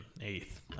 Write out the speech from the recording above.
eighth